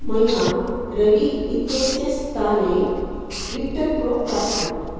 मया रवी इत्यस्य स्थाने विक्टर्प्रो प्राप्तम्